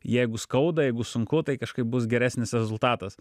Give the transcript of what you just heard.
jeigu skauda jeigu sunku tai kažkaip bus geresnis rezultatas